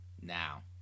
Now